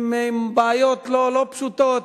עם בעיות לא פשוטות.